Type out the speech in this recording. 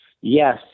Yes